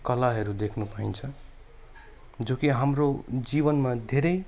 कलाहरू देख्नु पाइन्छ जो कि हाम्रो जीवनमा धेरै